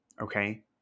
Okay